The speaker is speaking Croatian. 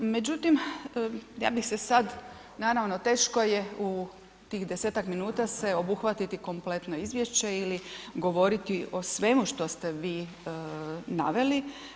Međutim, ja bih se sad, naravno, teško je u tih 10-tak minuta se obuhvatiti kompletno izvješće ili govoriti o svemu što ste vi naveli.